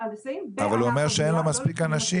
אלא הנדסאים בענף הבנייה --- אבל הוא אומר שאין לו מספיק אנשים,